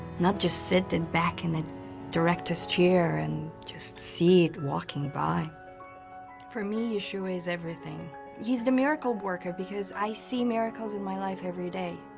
not just sitting back in the director's chair. and just see it walking by for me yushu, is everything he's the miracle worker because i see miracles in my, life, every, day,